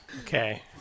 Okay